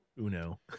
uno